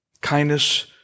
Kindness